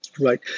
right